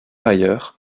ailleurs